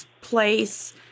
place